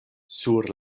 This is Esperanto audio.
sur